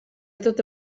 tota